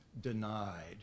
denied